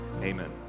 Amen